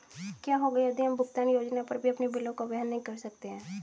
क्या होगा यदि हम भुगतान योजना पर भी अपने बिलों को वहन नहीं कर सकते हैं?